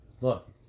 Look